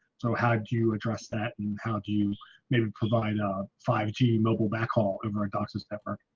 so how do you address that? and how do you maybe provide? ah five g mobile backhaul over on cox's pepper